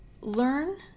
learn